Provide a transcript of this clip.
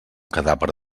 cadàver